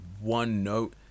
one-note